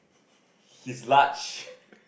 he is large